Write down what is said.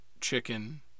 chicken